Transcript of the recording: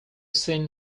seen